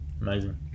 Amazing